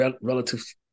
relative